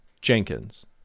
Jenkins